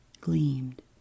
gleamed